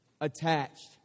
Attached